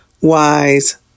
wise